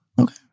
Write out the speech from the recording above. Okay